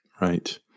Right